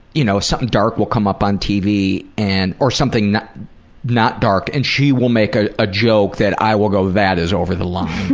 you know, something dark will come up on tv and or something not not dark, and she will make a ah joke that i will go, that is over the line.